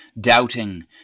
doubting